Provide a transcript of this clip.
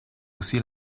aussi